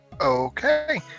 okay